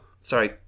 Sorry